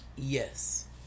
Yes